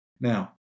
Now